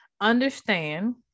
understand